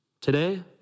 today